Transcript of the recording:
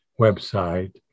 website